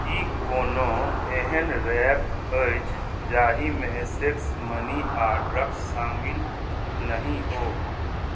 कि कोनो एहन रैप अछि जाहिमे सेक्स मनी आओर ड्रग्स शामिल नहि हो